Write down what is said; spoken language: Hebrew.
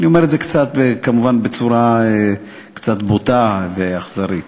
אני אומר את זה כמובן בצורה קצת בוטה ואכזרית.